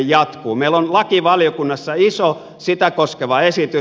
meillä on lakivaliokunnassa iso sitä koskeva esitys